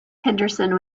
henderson